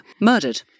Murdered